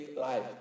life